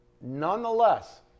Nonetheless